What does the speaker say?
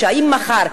אם מחר,